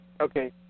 Okay